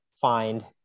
find